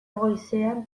goizean